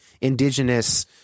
indigenous